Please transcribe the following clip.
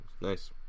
Nice